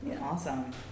Awesome